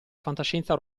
fantascienza